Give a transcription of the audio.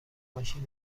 ماشین